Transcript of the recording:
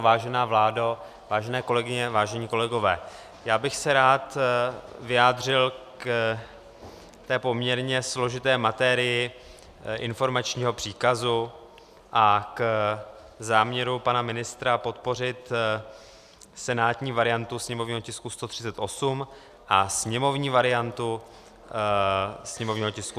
Vážená vládo, vážené kolegyně, vážení kolegové, já bych se rád vyjádřil k té poměrně složité matérii informačního příkazu a k záměru pana ministra podpořit senátní variantu sněmovního tisku 138 a sněmovní variantu sněmovního tisku 139.